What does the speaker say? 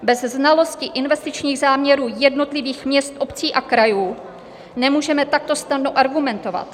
Bez znalosti investičních záměrů jednotlivých měst, obcí a krajů nemůžeme takto snadno argumentovat.